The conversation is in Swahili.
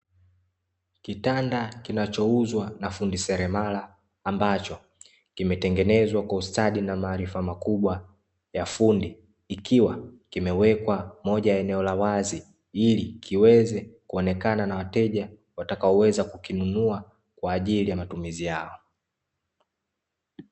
Kitanda kinachouzwa na fundi seremala, ambacho kimetengenezwa kwa ustadi na maarifa makubwa ya fundi. Ikiwa kimewekwa moja ya eneo la wazi, ili kiweze kuonekana na wateja watakaoweza kukinunua, kwa ajili ya matumizi yao.